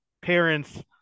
parents